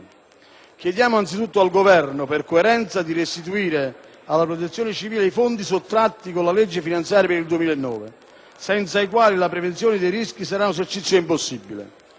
anzitutto al Governo, per coerenza, di restituire alla Protezione civile i fondi sottratti con la legge finanziaria per il 2009, senza i quali la prevenzione dei rischi sarà un esercizio impossibile.